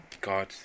God